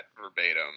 verbatim